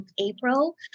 April